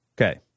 Okay